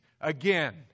again